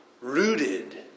rooted